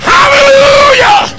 Hallelujah